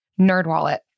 NerdWallet